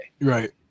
Right